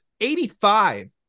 85